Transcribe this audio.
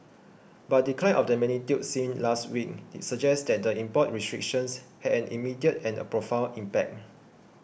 but a decline of the magnitude seen last week suggests that the import restrictions had an immediate and profound impact